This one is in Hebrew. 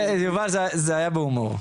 היה בהומור.